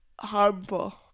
harmful